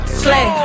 slay